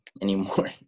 anymore